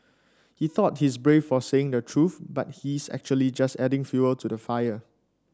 he thought he's brave for saying the truth but he's actually just adding fuel to the fire